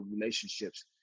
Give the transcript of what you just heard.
relationships